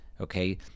okay